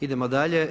Idemo dalje.